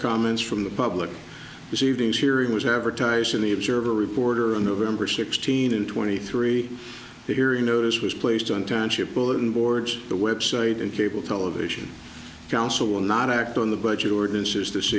comments from the public this evening's hearing was advertised in the observer reporter in november sixteen and twenty three the hearing notice was placed on township bulletin boards the website and cable television council will not act on the budget ordinances